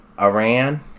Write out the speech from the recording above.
Iran